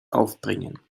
aufbringen